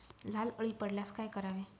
लाल अळी पडल्यास काय करावे?